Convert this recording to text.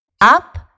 Up